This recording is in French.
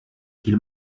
qu’il